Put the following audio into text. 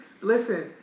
listen